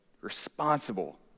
responsible